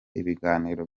ibiganiro